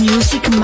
Music